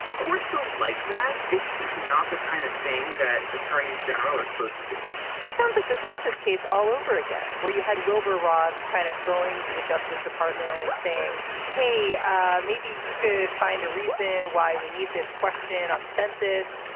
courts don't like that. it's just not the kind of thing that attorneys general are supposed to do this sounds like the census case all over again where you had wilbur ross kind of going to the justice department and saying hey maybe you could find a reason why we need this question on the census.